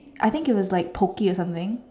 I think it was like Pocky or something